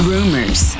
Rumors